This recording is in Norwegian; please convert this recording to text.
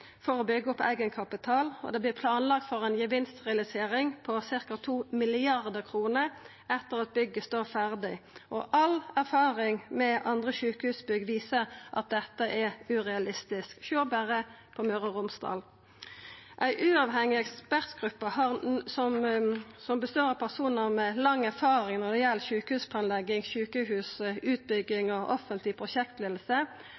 for å byggja opp eigenkapital, og det vert planlagt for ei gevinstrealisering på ca. 2 mrd. kr etter at bygget står ferdig. All erfaring med andre sjukehusbygg viser at dette er urealistisk – sjå berre på Møre og Romsdal. Ei uavhengig ekspertgruppe som består av personar med lang erfaring når det gjeld sjukehusplanlegging,